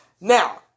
Now